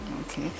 okay